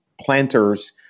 Planters